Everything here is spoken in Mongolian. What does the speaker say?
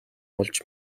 олж